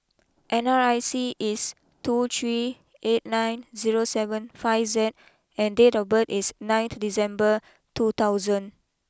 N R I C is two three eight nine zero seven five Z and date of birth is nineth December two thousand